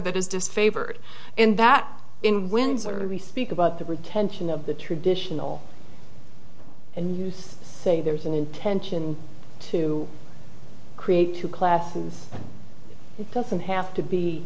that is disfavored and that in windsor we speak about the retention of the traditional and say there's an intention to create two classes it doesn't have to be